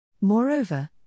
Moreover